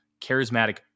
charismatic